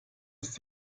ist